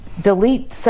delete